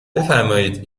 بفرمایید